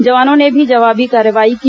जवानों ने भी जवाबी कार्रवाई की